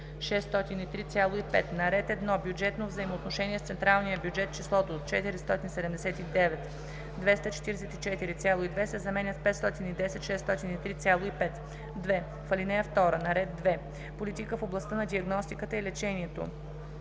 603,5“; - на ред 1. Бюджетно взаимоотношение с централния бюджет числото „479 244,2“ се заменя с „510 603,5“. 2. В ал. 2: - на ред 2. Политика в областта на диагностиката и лечението